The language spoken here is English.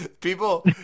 People